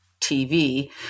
TV